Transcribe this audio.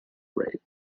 rate